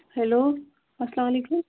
hello اَسلام علیکُم